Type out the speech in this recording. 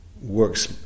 works